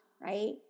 right